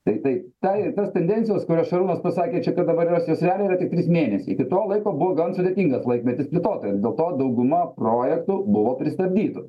tai tai tą ir tas tendencijos kurias šarūnas pasakė čia kaip dabar yra jos realiai tik trys mėnesiai iki to laiko buvo gan sudėtingas laikmetis plėtotojam dėl to dauguma projektų buvo pristabdytų